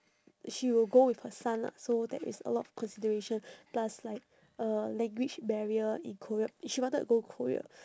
she will go with her son lah so there is a lot of consideration plus like uh language barrier in korea she wanted to go korea